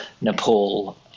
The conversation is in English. Nepal